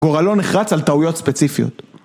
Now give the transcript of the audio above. גורלו נחרץ על טעויות ספציפיות.